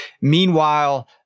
Meanwhile